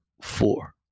four